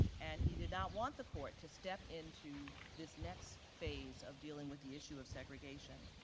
and he did not want the court to step into this next phase of dealing with the issue of segregation.